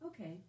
Okay